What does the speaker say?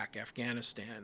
Afghanistan